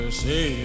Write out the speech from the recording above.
see